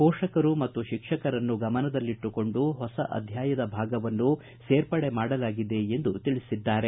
ಪೋಷಕರು ಮತ್ತು ಶಿಕ್ಷಕರನ್ನೂ ಗಮನದಲ್ಲಿಟ್ಟುಕೊಂಡು ಹೊಸ ಅಧ್ಯಾಯದ ಭಾಗವನ್ನು ಸೇರ್ಪಡೆ ಮಾಡಲಾಗಿದೆ ಎಂದು ತಿಳಿಸಿದ್ದಾರೆ